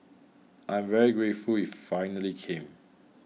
I am very grateful it finally came